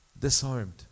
disarmed